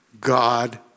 God